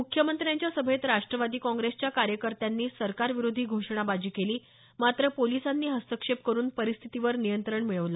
मुख्यमंत्र्यांच्या सभेत राष्ट्रवादी काँग्रेसच्या कार्यकर्त्यांनी सरकारविरोधी घोषणाबाजी केली मात्र पोलिसांनी हस्तक्षेप करुन परिस्थितीवर नियंत्रण मिळवलं